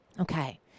Okay